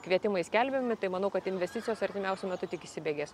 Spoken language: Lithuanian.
kvietimai skelbiami tai manau kad investicijos artimiausiu metu tik įsibėgės